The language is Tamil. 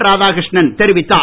ரா தாகிருஷ்ணன் தெரிவித்தார்